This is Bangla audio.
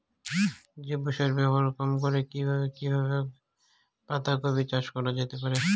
জৈব সার ব্যবহার কম করে কি কিভাবে পাতা কপি চাষ করা যেতে পারে?